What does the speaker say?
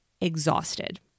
exhausted